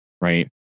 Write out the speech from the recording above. right